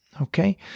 Okay